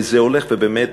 וזה הולך ובאמת,